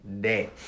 day